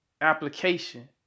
application